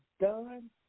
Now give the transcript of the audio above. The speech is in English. done